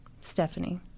Stephanie